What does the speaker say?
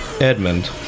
Edmund